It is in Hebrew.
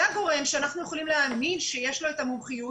זה הגורם שאנחנו יכולים להאמין שיש לו את המומחיות